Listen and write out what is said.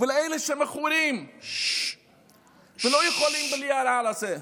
ולאלה שמכורים ולא יכולים בלי הרעל הזה,